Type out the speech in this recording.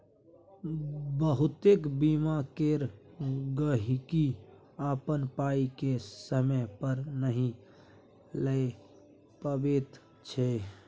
बहुतेक बीमा केर गहिंकी अपन पाइ केँ समय पर नहि लए पबैत छै